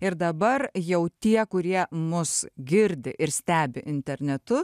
ir dabar jau tie kurie mus girdi ir stebi internetu